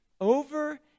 Over